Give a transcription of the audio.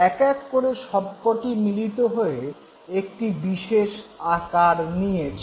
এক এক করে সবক'টি মিলিত হয়ে একটি বিশেষ আকার নিয়েছে